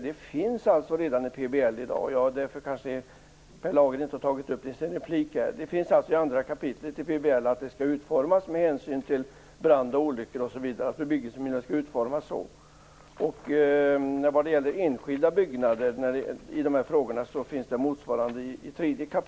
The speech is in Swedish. Det finns alltså med i PBL redan i dag.